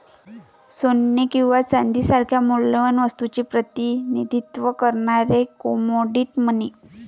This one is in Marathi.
सोने किंवा चांदी सारख्या मौल्यवान वस्तूचे प्रतिनिधित्व करणारे कमोडिटी मनी